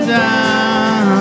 down